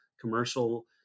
commercial